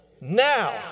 now